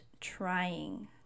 trying